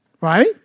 right